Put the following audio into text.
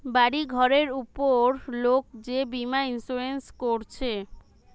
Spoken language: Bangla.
বাড়ি ঘরের উপর লোক যে বীমা ইন্সুরেন্স কোরছে